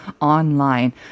online